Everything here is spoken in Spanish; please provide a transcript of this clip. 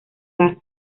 gas